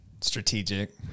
Strategic